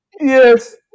Yes